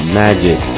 magic